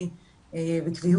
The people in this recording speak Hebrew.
המיטב.